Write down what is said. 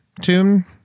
tune